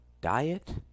diet